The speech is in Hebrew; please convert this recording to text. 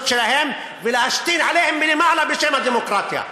שלהם ולהשתין עליהם מלמעלה בשם הדמוקרטיה.